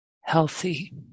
healthy